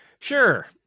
Sure